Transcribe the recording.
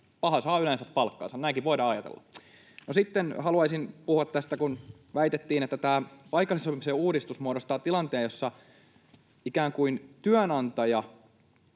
paha saa yleensä palkkansa, näinkin voidaan ajatella. No sitten haluaisin puhua tästä, kun väitettiin, että tämä paikallisen sopimisen uudistus muodostaa tilanteen, jossa ikään kuin työnantaja